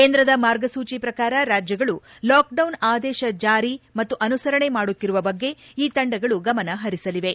ಕೇಂದ್ರದ ಮಾರ್ಗಸೂಚಿ ಪ್ರಕಾರ ರಾಜ್ಗಳು ಲಾಕ್ಡೌನ್ ಆದೇಶ ಜಾರಿ ಮತ್ತು ಅನುಸರಣೆ ಮಾಡುತ್ತಿರುವ ಬಗ್ಗೆ ಈ ತಂಡಗಳು ಗಮನ ಹರಿಸಲಿವೆ